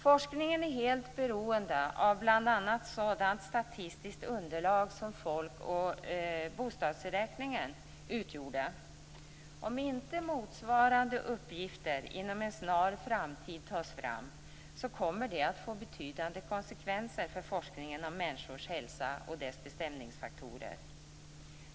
Forskningen är helt beroende av bl.a. sådant statistiskt underlag som folk och bostadsräkningen har utgjort. Om inte motsvarande uppgifter inom en snar framtid tas fram kommer det att få betydande konsekvenser för forskningen om människors hälsa och dess bestämningsfaktorer.